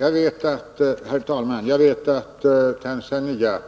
Herr talman! Jag vet att Tanzania